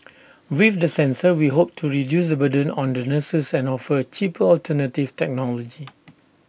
with the sensor we hope to reduce burden on the nurses and offer A cheaper alternative technology